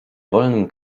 wolnym